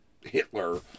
Hitler